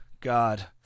God